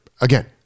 again